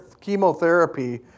chemotherapy